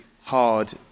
hard